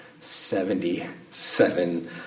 seventy-seven